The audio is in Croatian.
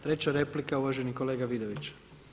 Treća replika uvaženi kolega Vidović.